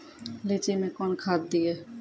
लीची मैं कौन खाद दिए?